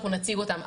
אנחנו נציג אותם,